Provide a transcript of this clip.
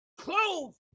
clothes